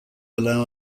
allow